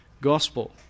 gospel